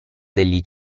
degli